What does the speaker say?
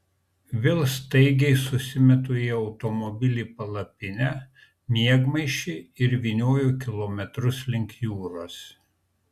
vėl staigiai susimetu į automobilį palapinę miegmaišį ir vynioju kilometrus link jūros